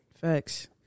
Facts